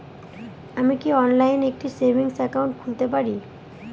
আমি কি অনলাইন একটি সেভিংস একাউন্ট খুলতে পারি?